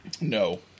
No